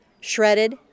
shredded